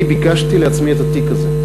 ואני ביקשתי לעצמי את התיק הזה.